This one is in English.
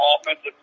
offensive